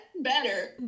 better